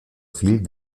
fill